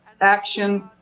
action